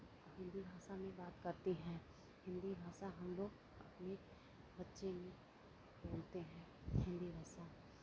हिन्दी भाषा में बात करती हैं हिन्दी भाषा हम लोग अपने बच्चे में बोलते हैं हिन्दी भाषा